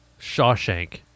Shawshank